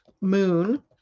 moon